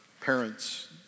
parents